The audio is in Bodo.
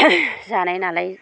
जानाय नालाय